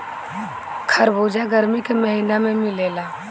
खरबूजा गरमी के महिना में मिलेला